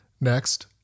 Next